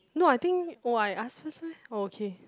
no I think oh I ask oh okay